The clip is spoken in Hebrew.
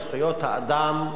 על זכויות האדם,